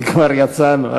כי כבר יצאנו.